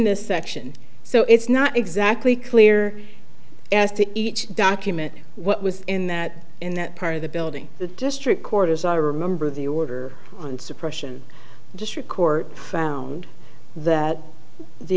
this section so it's not exactly clear as to each document what was in that in that part of the building the district court as i remember the order on suppression district court found that the